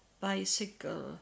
bicycle